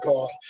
God